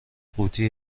قوطی